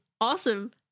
Awesome